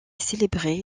célébré